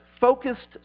focused